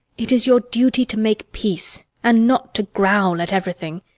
it is your duty to make peace, and not to growl at everything.